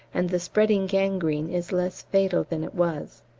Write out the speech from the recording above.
and the spreading gangrene is less fatal than it was.